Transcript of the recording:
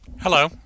Hello